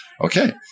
okay